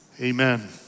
amen